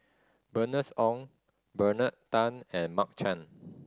Bernice Ong Bernard Tan and Mark Chan